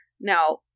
Now